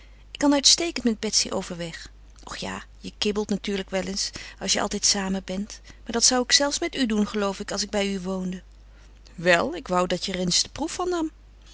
ik kan uitstekend met betsy overweg och ja je kibbelt natuurlijk wel eens als je altijd samen bent maar dat zou ik zelfs met u doen geloof ik als ik bij u woonde wel ik woû dat je er eens de proef van nam